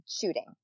shooting